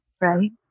Right